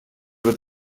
with